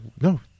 no